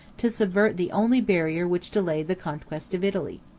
to subvert the only barrier which delayed the conquest of italy.